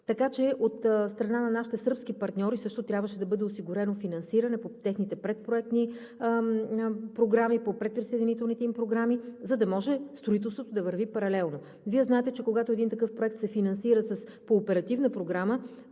така че от страна на нашите сръбски партньори също трябваше да бъде осигурено финансиране по техните предпроектни програми, по предприсъединителните им програми, за да може строителството да върви паралелно. Вие знаете, че когато един такъв проект се финансира по оперативна програма,